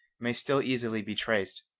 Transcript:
may still easily be traced.